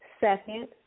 Second